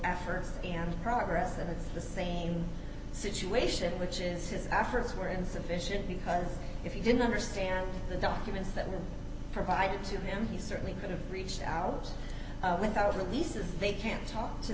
after and progress of the same situation which is his efforts were insufficient because if you didn't understand the documents that were provided to him he certainly could have reached hours without releases they can't talk to